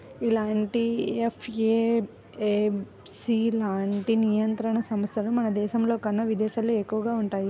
ఇలాంటి ఎఫ్ఏఎస్బి లాంటి నియంత్రణ సంస్థలు మన దేశంలోకన్నా విదేశాల్లోనే ఎక్కువగా వుంటయ్యి